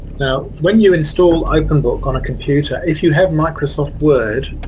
now, when you install openbook on a computer, if you have microsoft word,